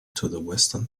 theater